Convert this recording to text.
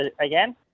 again